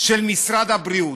של משרד הבריאות?